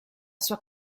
sua